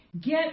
Get